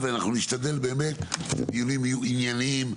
ואנחנו נשתדל באמת שהדברים יהיו ענייניים,